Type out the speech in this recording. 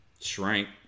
shrank